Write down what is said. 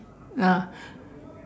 ah